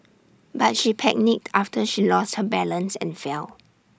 but she panicked after she lost her balance and fell